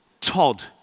Todd